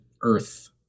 earth